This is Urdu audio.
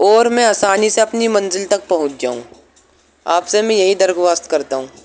اور میں آسانی سے اپنی منزل تک پہنچ جاؤں آپ سے میں یہی درخواست کرتا ہوں